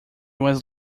was